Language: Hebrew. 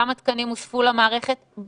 כמה תקנים הוספו למערכת בפועל.